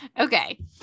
Okay